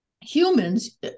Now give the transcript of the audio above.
humans